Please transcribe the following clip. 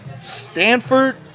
Stanford